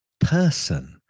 person